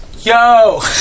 Yo